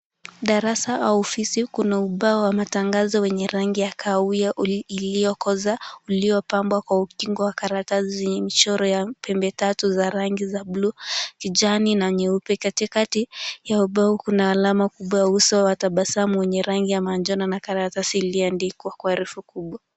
Darasa au ofisi kuna ubao wa matangazo wenye rangi ya kahawia iliyokoza uliopambwa kwa ukingo wa karatasi wenye mchoro ya pembe tatu za rangi za buluu, kijani na nyeupe katikati ya ubao kuna alama kubwa ya uso wa tabasamu wenye rangi ya manjano na karatasi iliyoandikwa kwa herufi kubwa.